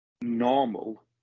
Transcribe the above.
normal